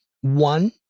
One